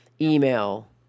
Email